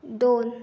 दोन